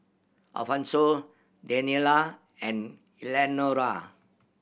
Alfonso Daniela and Eleanora